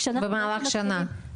במהלך שנה.